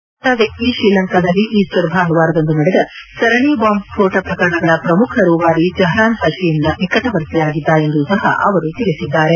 ಬಂಧಿತ ವ್ಯಕ್ತಿ ಶ್ರೀಲಂಕಾದಲ್ಲಿ ಈಸ್ವರ್ ಭಾನುವಾರದಂದು ನಡೆದ ಸರಣಿ ಬಾಂಬ್ ಸ್ಪೋಟ ಪ್ರಕರಣಗಳ ಪ್ರಮುಖ ರೂವಾರಿ ಜಹರಾನ್ ಹಷೀಮ್ನ ನಿಕಟವರ್ತಿಯಾಗಿದ್ದ ಎಂದೂ ಸಹ ಅವರು ತಿಳಿಸಿದ್ದಾರೆ